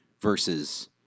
versus